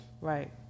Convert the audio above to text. Right